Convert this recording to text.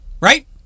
right